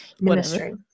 ministry